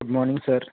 good morning sir